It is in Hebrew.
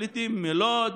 פליטים מלוד,